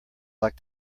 like